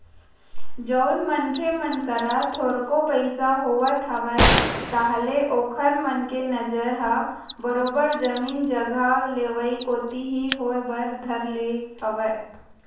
जउन मनखे मन करा थोरको पइसा होवत हवय ताहले ओखर मन के नजर ह बरोबर जमीन जघा लेवई कोती ही होय बर धर ले हवय